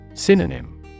Synonym